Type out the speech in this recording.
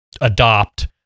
adopt